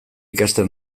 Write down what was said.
ikastea